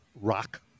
rock